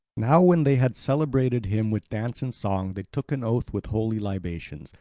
now when they had celebrated him with dance and song they took an oath with holy libations,